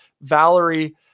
Valerie